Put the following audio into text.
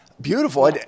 Beautiful